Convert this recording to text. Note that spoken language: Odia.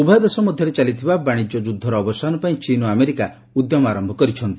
ଉଭୟ ଦେଶ ମଧ୍ୟରେ ଚାଲିଥିବା ବାଣିଜ୍ୟ ଯୁଦ୍ଧର ଅବସାନ ପାଇଁ ଚୀନ୍ ଓ ଆମେରିକା ଉଦ୍ୟମ ଆରମ୍ଭ କରିଛନ୍ତି